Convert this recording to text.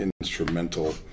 instrumental